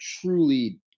truly